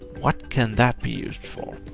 what can that be used for?